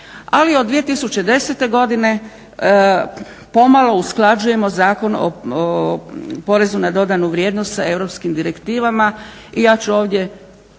Ali od 2010. godine pomalo usklađujemo Zakon o PDV-u sa europskim direktivama i ja ću ovdje